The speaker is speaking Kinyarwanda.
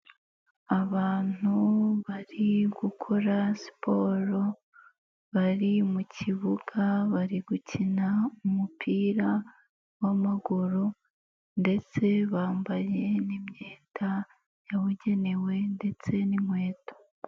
Abantu bari gukora siporo, bari mu kibuga bari gukina umupira w'amaguru ndetse bambaye n'imyenda yabugenewe ndetse n'inkweto.